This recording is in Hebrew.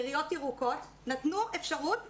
עיריות ירוקות נתנו אפשרות לפתוח.